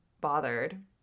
bothered